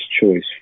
choice